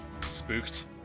spooked